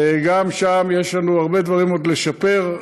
גם שם יש לנו הרבה דברים עוד לשפר,